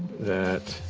that